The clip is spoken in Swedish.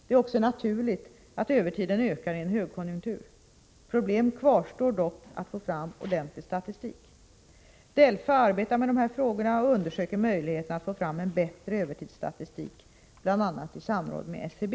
Det är också naturligt att övertiden ökar i en högkonjunktur. Problem kvarstår dock att få fram ordentlig statistik. DELFA arbetar med de här frågorna och undersöker möjligheterna att få fram en bättre övertidsstatistik bl.a. i samråd med SCB.